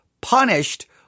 punished